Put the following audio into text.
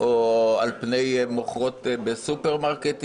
או על פני מוכרות בסופרמרקטים.